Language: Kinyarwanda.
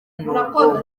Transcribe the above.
n’ubwonko